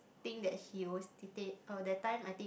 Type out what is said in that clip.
thing that he always oh that time I think